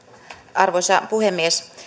arvoisa puhemies